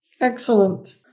excellent